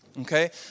Okay